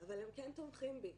אבל הם כן תומכים בי